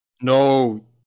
No